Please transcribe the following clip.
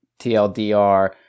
TLDR